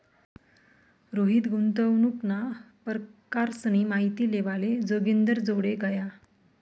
रोहित गुंतवणूकना परकारसनी माहिती लेवाले जोगिंदरजोडे गया